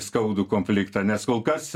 skaudų konfliktą nes kol kas